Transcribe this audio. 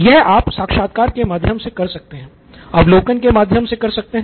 यह आप साक्षात्कार के माध्यम से कर सकते हैं अवलोकन के माध्यम से कर सकते हैं